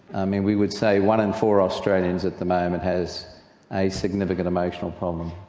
i mean we would say one in four australians at the moment has a significant emotional problem